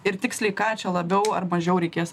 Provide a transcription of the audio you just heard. ir tiksliai ką čia labiau ar mažiau reikės